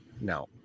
no